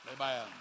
Amen